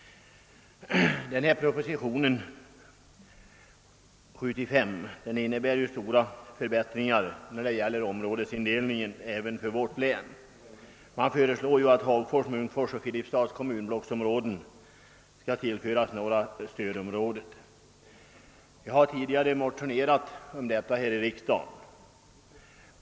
Propositionen 75 innebär stora förbättringar när det gäller områdesindelningen även för vårt län. Det föreslås att Hagfors, Munkfors och Filipstads kommunblocksområden skall tillföras norra stödområdet. Jag har tidigare motionerat om detta här i riksdagen.